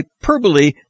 Hyperbole